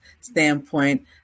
standpoint